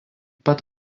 pat